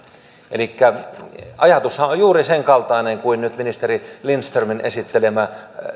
elikkä ajatushan on on juuri senkaltainen kuin nyt ministeri lindströmin esittelemä